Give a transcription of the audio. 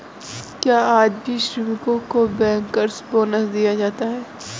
क्या आज भी श्रमिकों को बैंकर्स बोनस दिया जाता है?